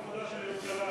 תשמור על כבודה של ירושלים.